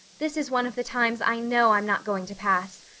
this is one of the times i know i'm not going to pass.